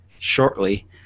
shortly